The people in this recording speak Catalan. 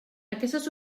aquestes